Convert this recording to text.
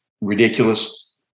ridiculous